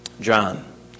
John